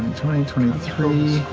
twenty, twenty three.